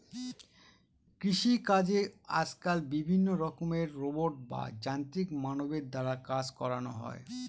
কৃষিকাজে আজকাল বিভিন্ন রকমের রোবট বা যান্ত্রিক মানবের দ্বারা কাজ করানো হয়